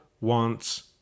wants